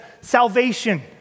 salvation